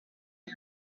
and